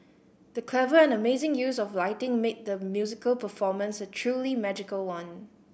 the clever and amazing use of lighting made the musical performance a truly magical one